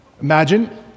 Imagine